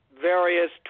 various